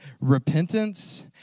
repentance